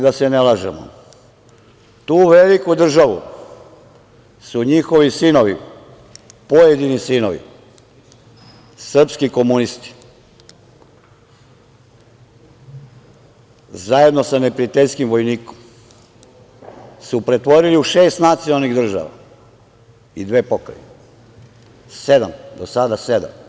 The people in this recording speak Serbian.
Da se ne lažemo, tu veliku državu su njihovi sinovi, pojedini sinovi, srpski komunisti, zajedno sa neprijateljskim vojnikom, pretvorili u šest nacionalnih država i dve pokrajine, sedam, do sada sedam.